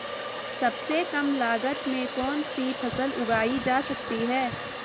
सबसे कम लागत में कौन सी फसल उगाई जा सकती है